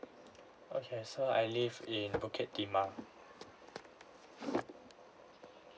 okay so I live in bukit timah